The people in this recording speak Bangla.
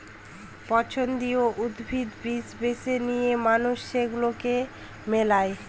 পছন্দীয় উদ্ভিদ, বীজ বেছে নিয়ে মানুষ সেগুলাকে মেলায়